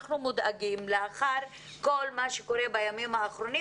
כולנו מודאגים לאחר כל מה שקורה בימים האחרונים